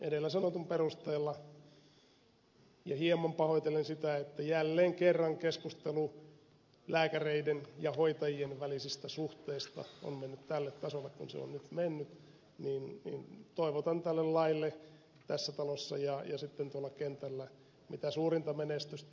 edellä sanotun perusteella ja hieman pahoitellen sitä että jälleen kerran keskustelu lääkäreiden ja hoitajien välisistä suhteista on mennyt tälle tasolle kuin se on nyt mennyt toivotan tälle laille tässä talossa ja sitten tuolla kentällä mitä suurinta menestystä